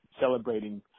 celebrating